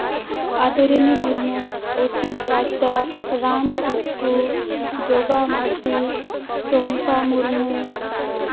Adarini Murmu Osit Hansda Ram Kisku Joba Mardi Champa Murmu